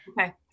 Okay